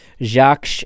Jacques